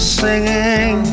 singing